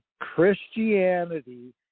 Christianity